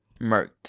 murked